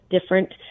different